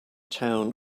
town